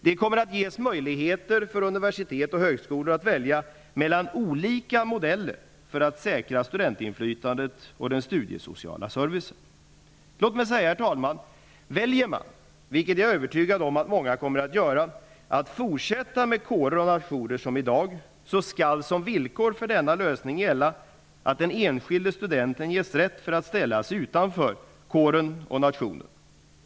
Det kommer att ges möjligheter för universitet och högskolor att välja mellan olika modeller för att säkra studentinflytandet och den studiesociala servicen. Väljer man, vilket jag är övertygad om att många kommer att göra, att fortsätta med kårer och nationer som i dag skall som villkor för denna lösning gälla att den enskilde studenten ges rätt att ställa sig utanför kåren eller nationen.